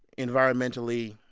environmentally,